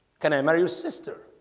can i marry your sister